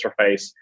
interface